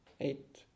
eight